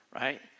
right